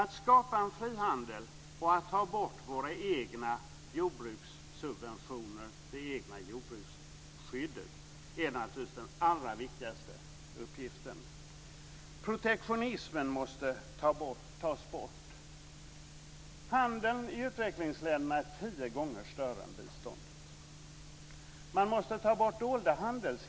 Att skapa en frihandel och att ta bort våra egna jordbrukssubventioner - det egna jordbruksskyddet - är naturligtvis den allra viktigaste uppgiften. Protektionismen måste tas bort. Handeln i utvecklingsländerna är tio gånger större än biståndet. Man måste ta bort dolda handelshinder.